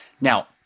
Now